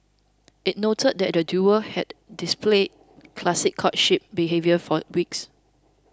it noted that the duo had displayed classic courtship behaviour for weeks